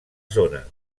zona